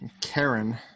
Karen